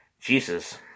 Jesus